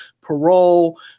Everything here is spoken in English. parole